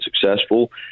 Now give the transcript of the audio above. successful